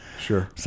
Sure